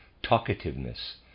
Talkativeness